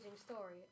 story